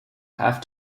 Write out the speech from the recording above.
have